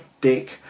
dick